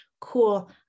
cool